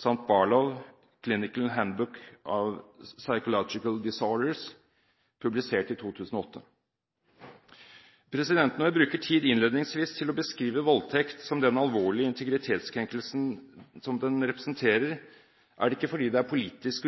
samt Barlows «Clinical Handbook of Pscyhological Disorders», publisert i 2008. Når jeg bruker tid innledningsvis til å beskrive voldtekt som den alvorlige integritetskrenkelsen den representerer, er det ikke fordi det er politisk